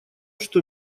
что